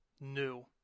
new